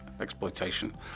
exploitation